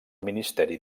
ministeri